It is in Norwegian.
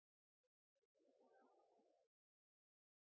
kan få